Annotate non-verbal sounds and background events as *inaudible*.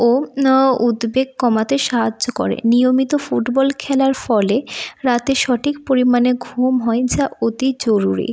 ও *unintelligible* উদ্বেগ কমাতে সাহায্য করে নিয়মিত ফুটবল খেলার ফলে রাতে সঠিক পরিমাণে ঘুম হয় যা অতি জরুরি